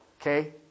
Okay